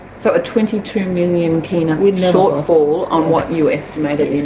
so a twenty two million kina shortfall on what you estimated